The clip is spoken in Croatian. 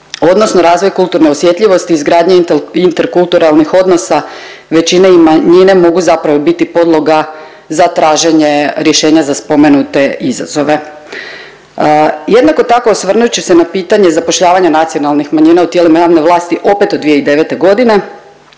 odnosno razvoj kulture osjetljivosti, izgradnje interkuluralnih odnosa većine i manjine mogu zapravo i biti podloga za traženje rješenja za spomenute izazove. Jednako tako osvrnut ću se na pitanje zapošljavanja nacionalnih manjina u tijelima javne vlasti opet od 2009. godine